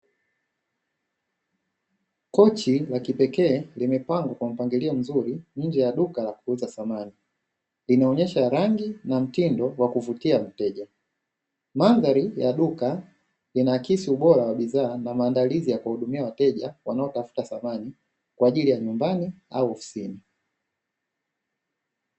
Kochi la kipekee limepangwa kwa mpangilio mzuri nje ya duka la kuuza samani, linaonyesha rangi na mtindo wa kuvutia mteja. Mandhari ya duka inaakisi ubora wa bidhaa na maandalizi ya kuhudumia wateja wanaotafuta samani kwaajili ya nyumbani au ofisini.